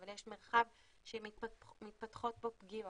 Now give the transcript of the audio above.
אבל יש שם מרחב שמתפתחות בו פגיעות.